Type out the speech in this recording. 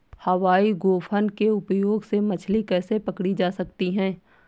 हवाई गोफन के उपयोग से मछली कैसे पकड़ी जा सकती है?